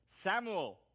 Samuel